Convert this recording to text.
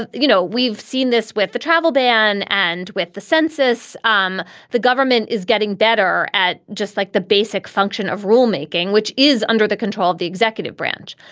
you know, we've seen this with the travel ban and with the census. um the government is getting better at just like the basic function of rulemaking, which is under the control of the executive branch.